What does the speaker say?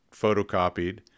photocopied